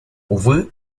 увы